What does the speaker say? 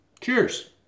Cheers